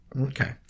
Okay